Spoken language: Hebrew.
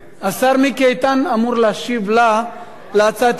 השר מיקי איתן אמור להשיב לה על הצעת האי-אמון,